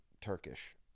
Turkish